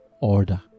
order